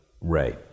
Ray